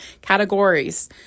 categories